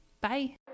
Bye